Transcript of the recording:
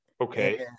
Okay